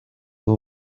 who